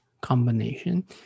combination